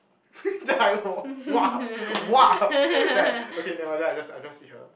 then I !wah! !wah! then I okay never mind then I just I just feed her